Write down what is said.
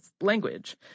language